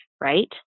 Right